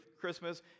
Christmas